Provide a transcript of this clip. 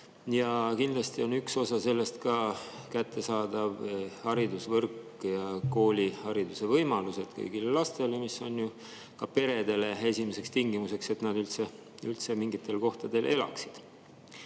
Kindlasti on üks osa sellest ka kättesaadav haridusvõrk ja koolihariduse võimalused kõigile lastele. See on ka perede puhul esimene tingimus, et nad üldse mingis kohas elaksid.